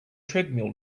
treadmill